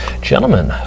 gentlemen